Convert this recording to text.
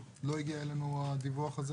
ולא הגיע אלינו הדיווח הזה.